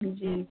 ਹਾਂਜੀ